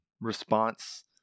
response